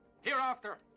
Hereafter